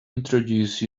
introduce